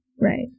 right